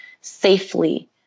safely